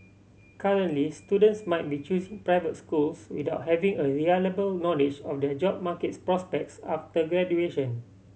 currently students might be choosing private schools without having a reliable knowledge of their job markets prospects after graduation